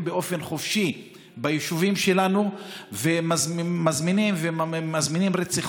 באופן חופשי ביישובים שלנו ומזמינים רציחות.